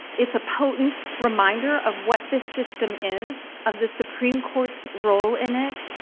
it's a potent reminder of what this system is, of the supreme court's role in it.